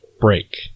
break